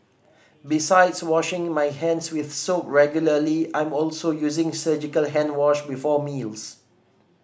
besides washing my hands with soap regularly I'm also using surgical hand wash before meals